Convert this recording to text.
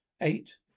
Eight